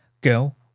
Girl